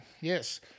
Yes